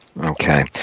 Okay